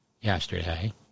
yesterday